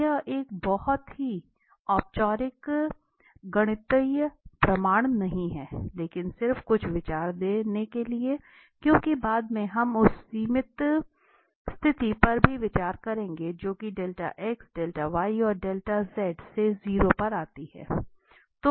तो यह एक बहुत ही औपचारिक गणितीय प्रमाण नहीं है लेकिन सिर्फ कुछ विचार देने के लिए क्योंकि बाद में हम उस सीमित स्थिति पर भी विचार करेंगे जो से 0 पर जाती है